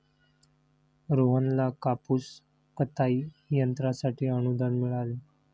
रोहनला कापूस कताई यंत्रासाठी अनुदान मिळाले